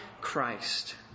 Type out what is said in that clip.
Christ